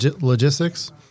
logistics